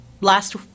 last